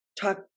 talk